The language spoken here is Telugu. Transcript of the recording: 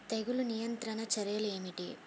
తెగులు నియంత్రణ చర్యలు ఏమిటి?